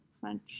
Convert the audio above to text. French